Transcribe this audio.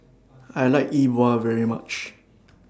I like Yi Bua very much